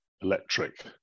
electric